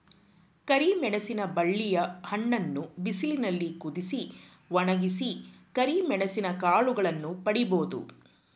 ಕರಿಮೆಣಸಿನ ಬಳ್ಳಿಯ ಹಣ್ಣನ್ನು ಬಿಸಿಲಿನಲ್ಲಿ ಕುದಿಸಿ, ಒಣಗಿಸಿ ಕರಿಮೆಣಸಿನ ಕಾಳುಗಳನ್ನು ಪಡಿಬೋದು